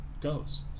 goes